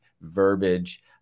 verbiage